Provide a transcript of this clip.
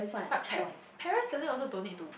but par~ parasailing also don't need to